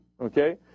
Okay